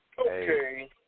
Okay